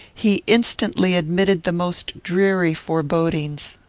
he instantly admitted the most dreary forebodings.